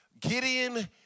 Gideon